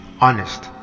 honest